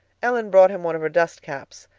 ellen brought him one of her dust-caps,